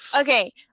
Okay